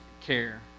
care